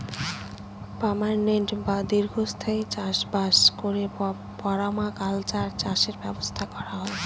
permanent বা দীর্ঘস্থায়ী চাষ বাস করে পারমাকালচার চাষের ব্যবস্থা করা হয়